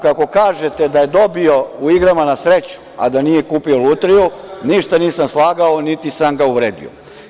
Na, kako kažete, da je dobio u igrama na sreću, a da nije kupio „Lutriju“, ništa nisam slagao, niti sam ga uvredio.